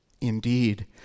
Indeed